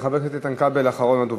חבר הכנסת איתן כבל, אחרון הדוברים.